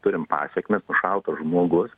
turim pasekmes nušautas žmogus